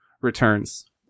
returns